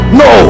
no